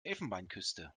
elfenbeinküste